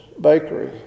bakery